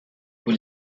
pour